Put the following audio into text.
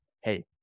Hey